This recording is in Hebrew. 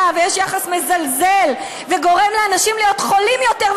ויש יחס מזלזל שגורם לאנשים להיות חולים יותר,